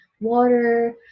water